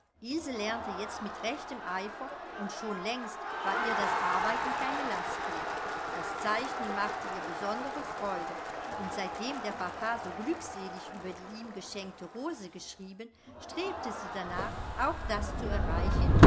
lernte jetzt mit rechtem eifer und schon längst war ihr das arbeiten keine last mehr das zeichnen machte ihr besondre freude und seitdem der papa so glückselig über die ihm geschenkte rose geschrieben strebte sie darnach auch das zu erreichen